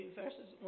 verses